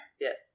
Yes